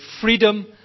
freedom